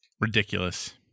ridiculous